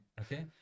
Okay